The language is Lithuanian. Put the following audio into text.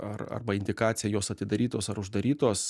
ar arba indikacija jos atidarytos ar uždarytos